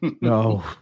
No